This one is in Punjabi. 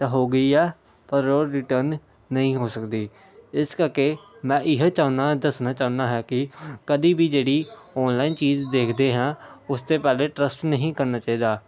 ਤਾਂ ਹੋ ਗਈ ਹੈ ਪਰ ਉਹ ਰਿਟਰਨ ਨਹੀਂ ਹੋ ਸਕਦੀ ਇਸ ਕਰਕੇ ਮੈਂ ਇਹ ਚਾਹੁੰਦਾ ਦੱਸਣਾ ਚਾਹੁੰਦਾ ਹਾਂ ਕਿ ਕਦੀ ਵੀ ਜਿਹੜੀ ਔਨਲਾਈਨ ਚੀਜ਼ ਦੇਖਦੇ ਹਾਂ ਉਸ 'ਤੇ ਪਹਿਲੇ ਟਰੱਸਟ ਨਹੀਂ ਕਰਨਾ ਚਾਹੀਦਾ